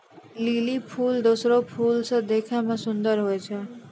lily फूल दोसरो फूल से देखै मे सुन्दर हुवै छै